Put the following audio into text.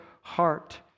heart